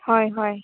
ꯍꯣꯏ ꯍꯣꯏ